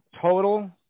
total